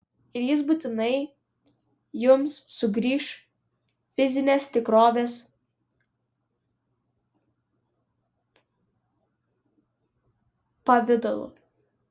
ir jis būtinai jums sugrįš fizinės tikrovės pavidalu